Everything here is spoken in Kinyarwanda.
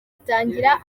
atangira